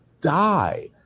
die